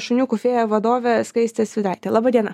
šuniukų fėja vadove skaiste svidraite laba diena